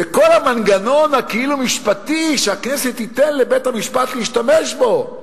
וכל המנגנון הכאילו-משפטי שהכנסת תיתן לבית-המשפט להשתמש בו,